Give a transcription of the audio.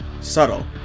subtle